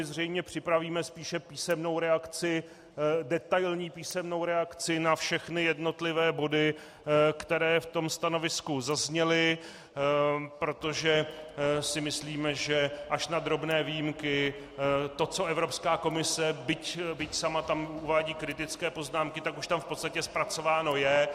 My zřejmě připravíme spíše písemnou reakci, detailní písemnou reakci na všechny jednotlivé body, které v tom stanovisku zazněly, protože si myslíme, že až na drobné výjimky to, co Evropská komise, byť tam sama uvádí kritické poznámky, tak už tam v podstatě zpracováno je.